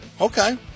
okay